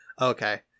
okay